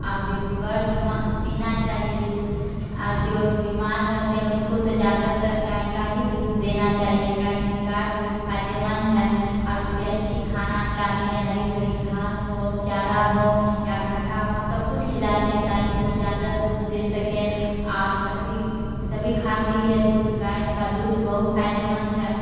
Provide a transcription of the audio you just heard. اور بیما پینا چاہیے دودھ اور جو بیمار رہتے ہیں اس کو تو زیادہ تر گائے کا ہی دودھ دینا چاہیے کیا ہے کہ گائے بہت فائدے مند ہے اور اسے اچھی کھانا کھلاتے ہیں ہری بھری گھاس ہو چارا ہو یا گھاٹھا ہو سب کچھ کھلاتے ہیں تاکہ وہ جیادہ دودھ دے سکے اور سبھی سبھی کھاتی ہے دودھ گائے کا دودھ بہت فائدے مند ہے